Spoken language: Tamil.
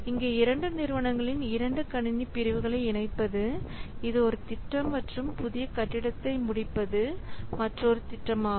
இங்கே இரண்டு நிறுவனங்களின் இரண்டு கணினி பிரிவுகளை இணைப்பது இது ஒரு திட்டம் மற்றும் புதிய கட்டிடத்தை முடிப்பது மற்றொரு திட்டமாகும்